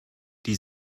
die